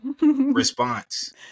response